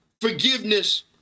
forgiveness